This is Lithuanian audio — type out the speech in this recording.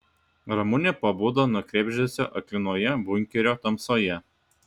ramunė pabudo nuo krebždesio aklinoje bunkerio tamsoje